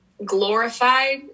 glorified